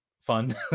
fun